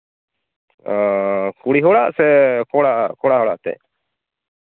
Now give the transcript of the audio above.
ᱚᱻ ᱠᱩᱲᱤ ᱦᱚᱲᱟᱜ ᱥᱮ ᱠᱚᱲᱟ ᱠᱚᱲᱟ ᱦᱚᱲᱟᱜ ᱛᱮᱫ